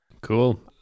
Cool